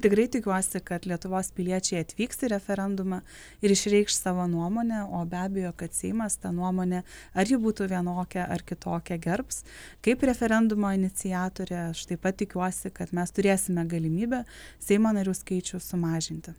tikrai tikiuosi kad lietuvos piliečiai atvyks į referendumą ir išreikš savo nuomonę o be abejo kad seimas tą nuomonę ar ji būtų vienokia ar kitokia gerbs kaip referendumo iniciatorė aš taip pat tikiuosi kad mes turėsime galimybę seimo narių skaičių sumažinti